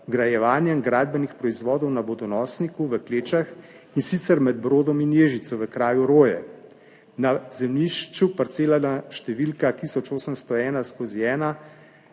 vgrajevanjem gradbenih proizvodov na vodonosniku v Klečah, in sicer med Brodom in Ježico v kraju Roje. Na zemljišču parcelna številka 1801/1